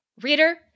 Reader